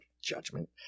judgment